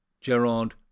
Gerard